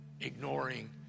ignoring